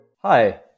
Hi